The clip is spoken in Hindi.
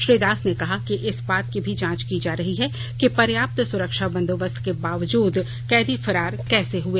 श्री दास ने कहा कि इस बात की भी जांच की जा रही है कि पर्याप्त सुरक्षा बंदोवस्त के बावजूद कैदी फरार कैसे हुए